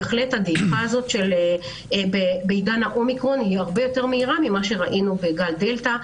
הדעיכה בעידן האומיקרון הרבה יותר מהירה ממה שראינו בגל הדלתא.